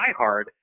diehard